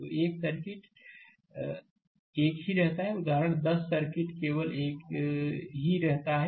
तो एक सर्किट एक ही रहता है उदाहरण 10 सर्किट केवल एक ही रहता है